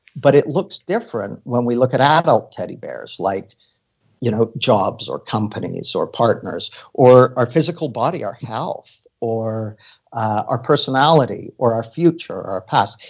but it looks different when we look at adult teddy bears, like you know jobs, or companies, or partners, or our physical body, our health, or our personality, or our future, or our past.